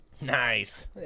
Nice